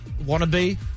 wannabe